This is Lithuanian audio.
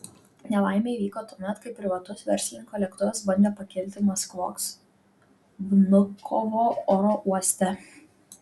nelaimė įvyko tuomet kai privatus verslininko lėktuvas bandė pakilti maskvos vnukovo oro uoste